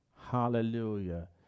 Hallelujah